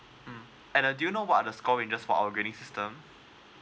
um and uh do you know what are the score for our grading system